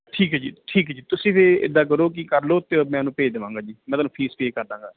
ਠੀਕ ਹੈ ਜੀ ਠੀਕ ਹੈ ਜੀ ਤੁਸੀਂ ਫੇਰ ਇੱਦਾਂ ਕਰੋ ਕਿ ਕਰ ਲਓ ਅਤੇ ਮੈਂ ਉਹਨੂੰ ਭੇਜ ਦੇਵਾਂਗਾ ਜੀ ਮੈਂ ਤੁਹਾਨੂੰ ਫੀਸ ਪੇਅ ਕਰ ਦਾਂਗਾ